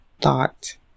thought